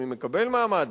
מי מקבל מעמד,